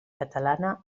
catalana